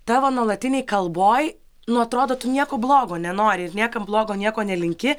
tavo nuolatinėj kalboj nu atrodo tu nieko blogo nenori ir niekam blogo nieko nelinki